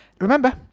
Remember